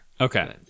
Okay